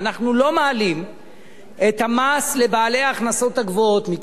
אנחנו לא מעלים את המס לבעלי ההכנסות הגבוהות מכיוון